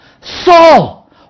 Saul